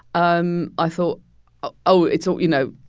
um i thought oh, it's ah you know,